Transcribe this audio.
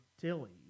Tilly